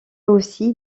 aussi